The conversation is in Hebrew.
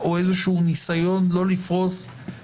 אז אני גם זה שיושב הכי הרבה גם כשהוא לא מקבל זכות דיבור,